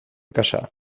kasa